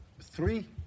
Three